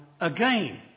again